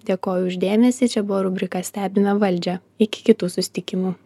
dėkoju už dėmesį čia buvo rubrika stebime valdžią iki kitų susitikimų